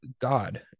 God